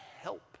Help